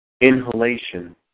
Inhalation